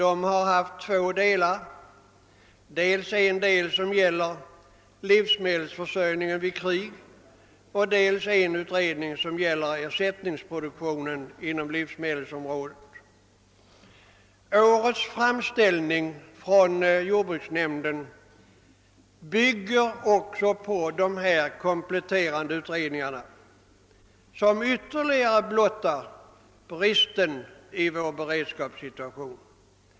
En av utredningarna gäller livsmedelsförsörjningen vid krig, en annan gäller produktionen inom livsmedelsområdet. Årets framställning från jordbruksnämnden bygger också på kompletterande utredningar, vilka ytterligare blottar bristen i vår försvarssituation.